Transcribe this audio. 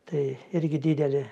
tai irgi didelė